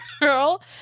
girl